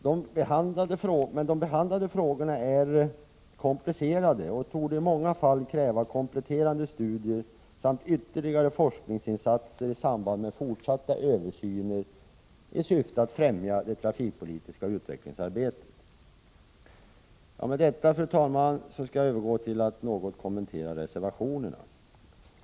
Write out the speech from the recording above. De behandlade frågorna är komplicerade och torde i många fall kräva kompletterande studier samt ytterligare forskningsinsatser i samband med fortsatta översyner i syfte att främja det trafikpolitiska utvecklingsarbetet. Jag skall så, fru talman, övergå till att något kommentera reservationerna.